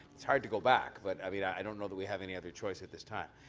it's hard to go back. but i mean i don't know that we have any other choice at this time.